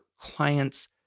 clients